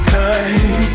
time